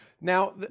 Now